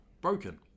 broken